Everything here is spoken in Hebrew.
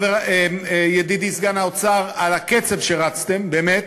ידידי סגן שר האוצר, על הקצב, שרצתם, באמת,